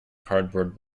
cardboard